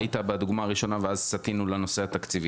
היית בדוגמה הראשונה ואז סטינו לנושא התקציבי.